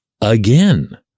Again